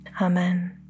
Amen